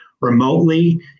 remotely